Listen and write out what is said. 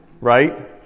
right